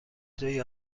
دوی